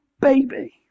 baby